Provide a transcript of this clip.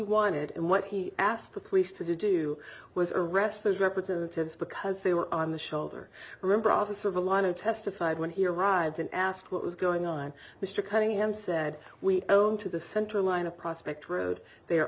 wanted and what he asked the police to do was arrested representatives because they were on the shoulder remember officer of a line of testified when he arrived and asked what was going on mr cunningham said we own to the centerline of prospect road the